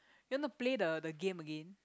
you want to play the the game again